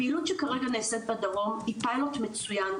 הפעילות שכרגע נעשית בדרום היא פיילוט מצוין,